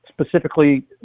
specifically